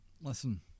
listen